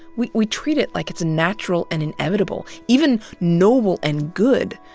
we we treat it like it's natural and inevitable even noble and good,